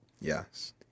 Yes